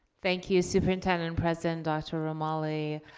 thank you, superintendent-president dr. romali.